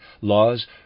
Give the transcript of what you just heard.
laws